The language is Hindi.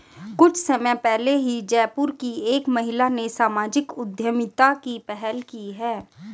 कुछ समय पहले ही जयपुर की एक महिला ने सामाजिक उद्यमिता की पहल की है